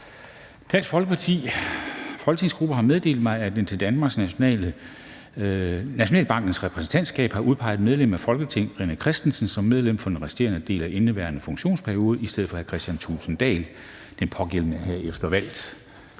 Dansk Folkepartis folketingsgruppe har meddelt mig, at den til Danmarks Nationalbanks Repræsentantskab har udpeget medlem af Folketinget René Christensen som medlem for den resterende del af indeværende funktionsperiode i stedet for Kristian Thulesen Dahl. Den pågældende er herefter valgt.